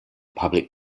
public